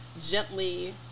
gently